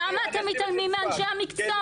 למה אתם מתעלמים מאנשי המקצוע?